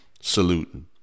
saluting